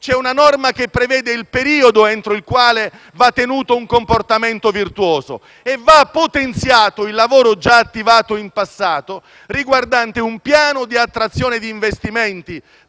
c'è una norma che prevede il periodo entro il quale va tenuto un comportamento virtuoso. Deve essere potenziato il lavoro che già è stato fatto in passato riguardante un piano di attrazione di investimenti